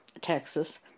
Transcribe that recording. Texas